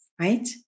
right